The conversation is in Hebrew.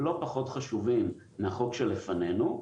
לא פחות חשובים מהחוק שלפנינו,